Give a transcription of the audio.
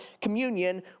communion